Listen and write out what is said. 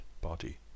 body